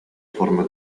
forma